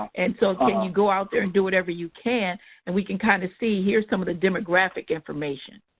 and so um you go out there and do whatever you can and we can kind of see here's some of the demographic information.